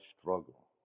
struggle